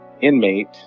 inmate